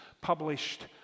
published